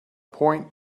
point